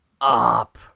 up